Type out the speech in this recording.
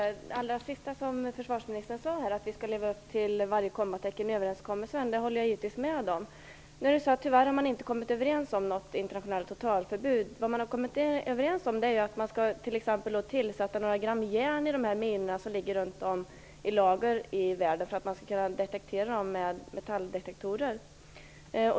Herr talman! Det som försvarsministern sade på slutet, att vi skall leva upp till varenda kommatecken i överenskommelsen, håller jag givetvis med om. Nu har man tyvärr inte kommit överens om något internationellt totalförbud. Vad man har kommit överens om är t.ex. att man skall tillsätta några gram järn i de minor som finns i lager runt om i världen för att de skall kunna detekteras med metalldetektorer.